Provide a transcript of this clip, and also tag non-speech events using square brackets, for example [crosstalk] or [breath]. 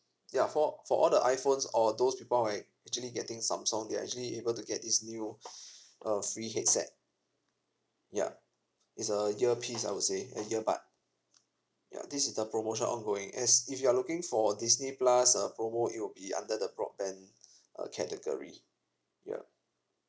ya for for all the iphones or those people who are actually getting samsung they are actually able to get this new [breath] uh free headset yup it's a earpiece I would say a earbud ya this is the promotion ongoing as if you are looking for disney plus uh promo it will be under the broadband uh category ya